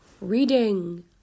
reading